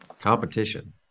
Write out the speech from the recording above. competition